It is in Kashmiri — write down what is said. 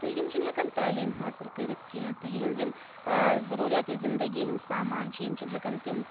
تہٕ یِم چھِنہٕ ہؠکان تعلیٖم حٲصِل کٔرِتھ کینٛہہ تہٕ یِہٕنٛز یِم ضروٗریاتِ زندگی ہٕنٛز سامان چھِ یِم چھِنہٕ ہؠکان تِم